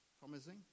Promising